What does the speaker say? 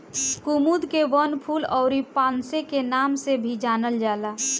कुमुद के वनफूल अउरी पांसे के नाम से भी जानल जाला